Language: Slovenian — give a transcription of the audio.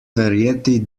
verjeti